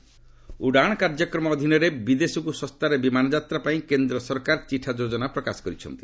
ଉଡାନ୍ ଉଡ଼ାନ୍ କାର୍ଯ୍ୟକ୍ମ ଅଧୀନରେ ବିଦେଶକୁ ଶସ୍ତାରେ ବିମାନ ଯାତ଼୍ା ପାଇଁ କେନ୍ଦ୍ ସରକାର ଚିଠା ଯୋଜନା ପ୍ରକାଶ କରିଛନ୍ତି